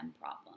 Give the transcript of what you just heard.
problem